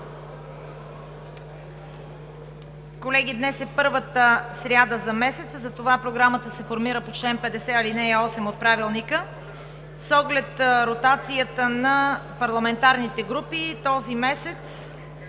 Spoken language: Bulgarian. Колеги, днес е първата сряда на месеца, затова програмата се формира по чл. 53, ал. 8 от Правилника. С оглед ротацията на парламентарните групи този месец